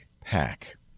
pack